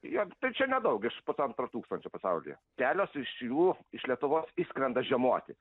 jos tai čia nedaug iš pusantro tūkstančio pasaulyje kelios iš jų iš lietuvos išskrenda žiemoti